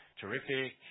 terrific